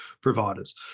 providers